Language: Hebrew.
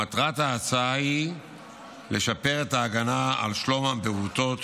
מטרת ההצעה היא לשפר את ההגנה על שלום הפעוטות